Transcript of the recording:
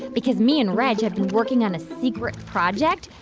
because me and reg have been working on a secret project.